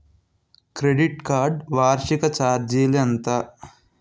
Credit card వార్షిక ఛార్జీలు ఎంత?